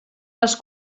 les